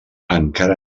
encara